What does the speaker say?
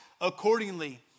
accordingly